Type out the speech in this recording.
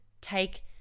take